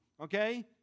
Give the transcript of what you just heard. Okay